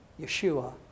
Yeshua